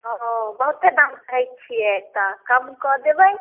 ओ बहुते दाम कहै छियै तऽ कम कऽ देबै